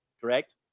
correct